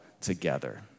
together